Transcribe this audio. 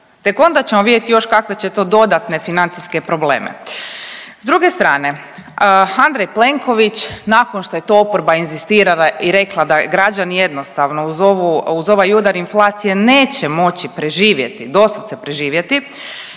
Tek onda ćemo vidjeti još kakve će to dodatne financijske probleme. S druge strane, Andrej Plenković nakon što je to oporba inzistirala i rekla da građani jednostavno uz ovaj udar inflacije neće moći preživjeti, doslovce preživjeti